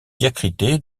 diacrité